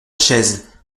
chaises